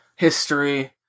History